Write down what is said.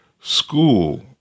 school